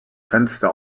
fenster